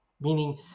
meaning